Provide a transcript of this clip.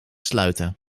sluiten